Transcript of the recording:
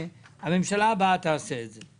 הממשלה הבאה תעשה את זה.